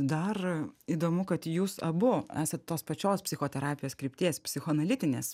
dar įdomu kad jūs abu esat tos pačios psichoterapijos krypties psichoanalitinės